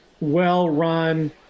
well-run